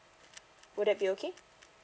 would that be okay